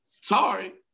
Sorry